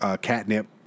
Catnip